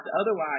otherwise